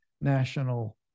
national